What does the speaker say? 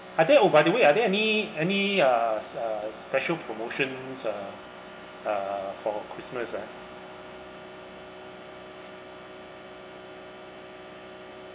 are there oh by the way are there any any uh uh special promotions uh uh for christmas ah